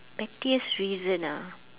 pettiest reason ah